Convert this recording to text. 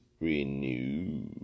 Renew